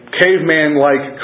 caveman-like